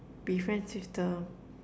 be friends with the